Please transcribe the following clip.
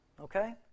Okay